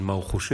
על מה הוא חושב.